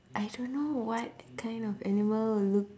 I don't know what kind of animal will look